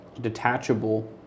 detachable